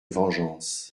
vengeance